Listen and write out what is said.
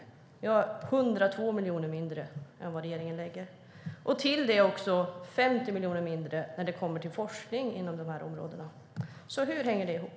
Ni har 102 miljoner mindre än vad regeringen lägger. Till detta lägger ni också 50 miljoner mindre när det kommer till forskning inom de här områdena. Hur hänger det ihop?